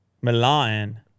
Milan